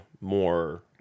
more